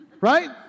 Right